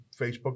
Facebook